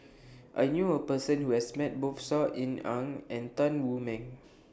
I knew A Person Who has Met Both Saw Ean Ang and Tan Wu Meng